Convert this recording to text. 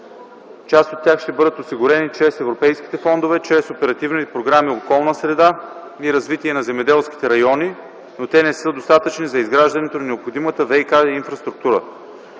Част от тях ще бъдат осигурени чрез европейските фондове, чрез оперативните програми „Околна среда” и „Развитие на земеделските райони”, но те не са достатъчни за изграждането на необходимата ВиК инфраструктура.